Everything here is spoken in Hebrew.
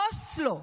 אוסלו,